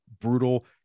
brutal